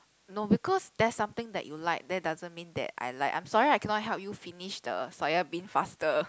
no because that's something that you like that doesn't mean that I like I'm sorry I cannot help you finish the soya bean faster